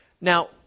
Now